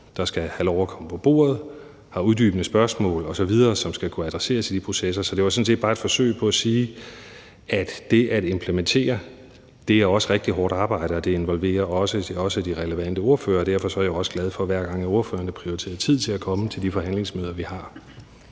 der skal have lov at komme på bordet, og uddybende spørgsmål osv., som skal kunne adresseres i de processer. Så det var sådan set bare et forsøg på at sige, at det at implementere også er rigtig hårdt arbejde, og at det også involverer de relevante ordførere. Derfor er jeg også glad, hver gang ordførerne prioriterer tid til at komme til de forhandlingsmøder, vi har.